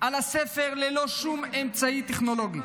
על הספר, ללא שום אמצעי טכנולוגי.